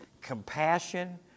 compassion